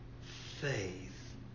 faith